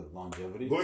longevity